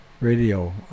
radio